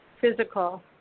physical